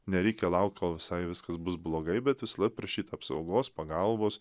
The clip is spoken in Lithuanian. nereikia laukt kol visai viskas bus blogai bet visąlaik prašyt apsaugos pagalbos